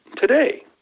today